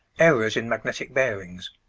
errors in magnetic bearings